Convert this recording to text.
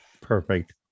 Perfect